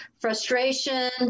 frustration